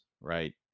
right